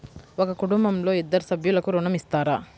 ఒక కుటుంబంలో ఇద్దరు సభ్యులకు ఋణం ఇస్తారా?